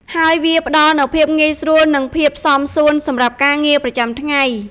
ហើយវាផ្តល់នូវភាពងាយស្រួលនិងភាពសមសួនសម្រាប់ការងារប្រចាំថ្ងៃ។